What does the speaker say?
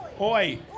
Oi